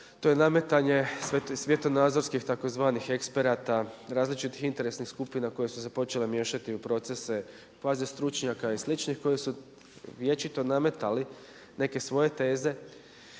to je nametanje svjetonazorskih tzv. eksperata, različitih interesnih skupina koje su se počele miješati u procese kvazi stručnjaka i sličnih koji su vječito nametali neke svoje teze